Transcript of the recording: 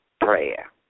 prayer